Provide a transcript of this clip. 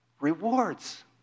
rewards